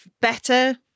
better